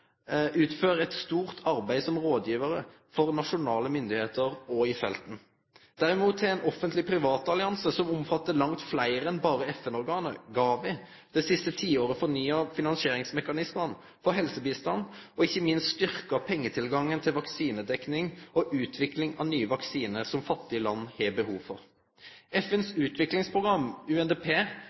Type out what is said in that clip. utfører eit stort arbeid som rådgivarar for nasjonale styresmakter og i felten. Derimot har ein offentleg-privat allianse som omfattar langt fleire enn berre FN-organ, GAVI, det siste tiåret fornya finansieringsmekanismane for helsebistand og ikkje minst styrkt pengetilgangen til vaksinedekning og utviking av nye vaksinar som fattige land har behov for. FNs utviklingsprogram, UNDP,